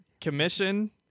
commission